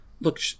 look